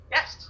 Yes